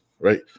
right